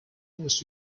was